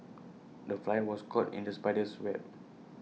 the fly was caught in the spider's web